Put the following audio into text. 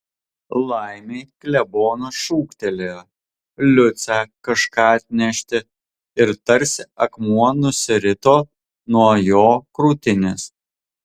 laimei klebonas šūktelėjo liucę kažką atnešti ir tarsi akmuo nusirito nuo jo krūtinės